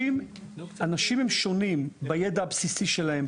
אנשים הם שונים בידע הבסיסי שלהם,